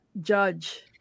judge